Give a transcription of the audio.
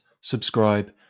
subscribe